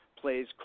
plays